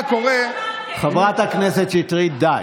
חברת הכנסת שטרית, די.